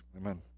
amen